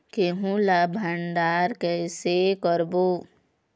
गेहूं ला भंडार कई से करबो?